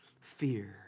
fear